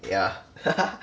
yeah